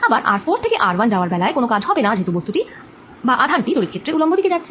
আবার r4 থেকে r1 যাওয়ার বেলায় কোন কাজ হবেনা যেহেতু বস্তুটি বা আধান টি তড়িৎ ক্ষেত্রের উলম্ব দিকে যাচ্ছে